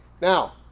Now